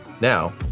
Now